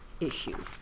issue